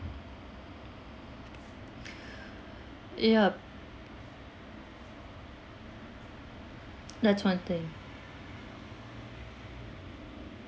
yup that's one thing